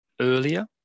earlier